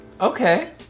Okay